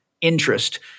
interest